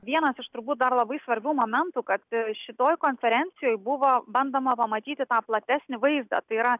vienas iš turbūt dar labai svarbių momentų kad šitoj konferencijoj buvo bandoma pamatyti tą platesnį vaizdą tai yra